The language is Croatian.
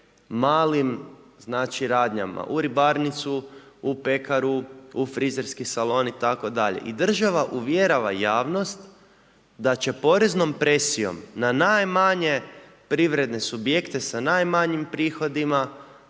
malim radnjama. U ribarnicu, u pekaru, u frizerski salon itd. I država uvjerava javnost da će poreznom presijom na najmanje privredne subjekte sa najmanjim prihodima